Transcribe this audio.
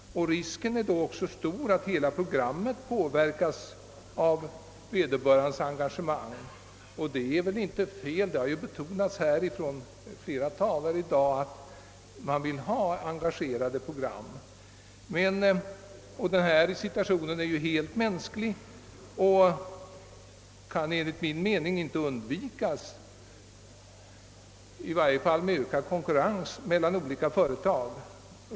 Risken är därvid stor att programmet färgas av hans engagemang. Det är väl inte i och för sig fel aktigt med ett sådant engagemang. Flera talare i dag har betonat att man vill ha engagerande program. Den situation som jag antydde är också mänsklig och kan enligt min mening inte undvikas — i varje fall inte genom ökad konkurrens mellan olika företag.